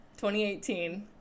2018